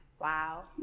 Wow